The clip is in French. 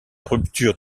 rupture